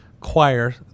choir